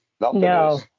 No